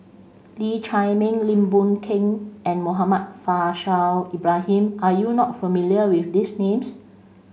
Lee Chiaw Meng Lim Boon Keng and Muhammad Faishal Ibrahim are you not familiar with these names